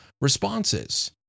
responses